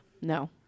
No